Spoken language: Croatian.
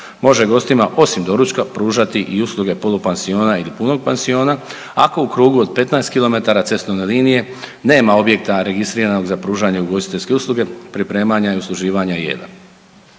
može gostima osim doručka pružati i usluge polupansiona ili punog pansiona, ako u krugu od 15km cestovne linije nema objekta registriranog za pružanje ugostiteljske usluge priprema i usluživanja jela.